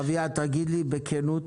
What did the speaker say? אביעד, תגיד לי בכנות